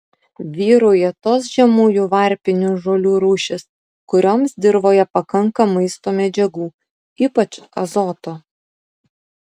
vyrauja tos žemųjų varpinių žolių rūšys kurioms dirvoje pakanka maisto medžiagų ypač azoto